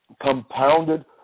compounded